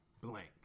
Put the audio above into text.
blank